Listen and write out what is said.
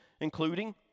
including